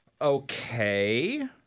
Okay